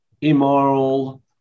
immoral